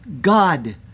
God